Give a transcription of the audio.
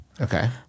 Okay